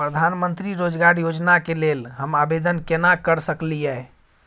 प्रधानमंत्री रोजगार योजना के लेल हम आवेदन केना कर सकलियै?